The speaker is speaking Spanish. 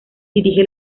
dirige